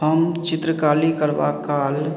हम चित्रकाली करबाक काल